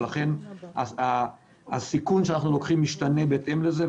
ולכן הסיכון שאנחנו לוקחים משתנה בהתאם לזה,